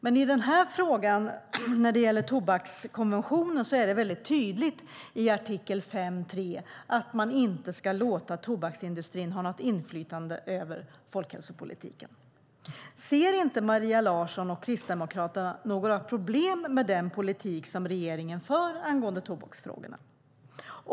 Men av tobakskonventionen framgår det tydligt i artikel 5.3 att man inte ska låta tobaksindustrin ha något inflytande över folkhälsopolitiken. Ser inte Maria Larsson och Kristdemokraterna några problem med den politik som regeringen för angående tobaksfrågorna?